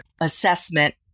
assessment